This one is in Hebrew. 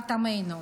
גבורת עמנו.